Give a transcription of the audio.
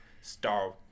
star